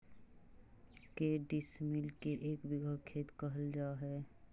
के डिसमिल के एक बिघा खेत कहल जा है?